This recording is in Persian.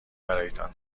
برایتان